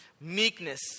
meekness